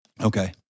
Okay